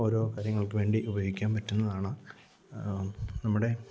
ഓരോ കാര്യങ്ങള്ക്ക് വേണ്ടി ഉപയോഗിക്കാന് പറ്റുന്നതാണ് നമ്മുടെ